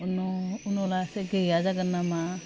उन' उनाव लासै गैया जागोन नामा